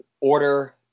order